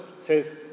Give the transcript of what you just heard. says